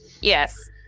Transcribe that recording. Yes